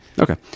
Okay